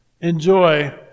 Enjoy